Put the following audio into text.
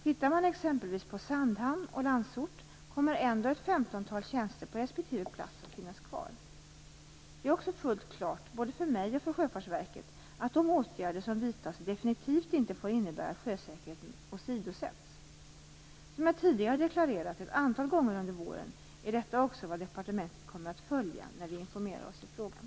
Tittar man exempelvis på Sandhamn och Landsort finner man att ändå ett femtontal tjänster på respektive plats kommer att finnas kvar. Det är också fullt klart, både för mig och för Sjöfartsverket, att de åtgärder som vidtas definitivt inte får innebära att sjösäkerheten åsidosätts. Som jag tidigare deklarerat ett antal gånger under våren är detta också vad departementet kommer att följa när vi informerar oss i frågan.